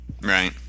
right